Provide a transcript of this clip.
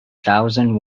thousand